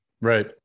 Right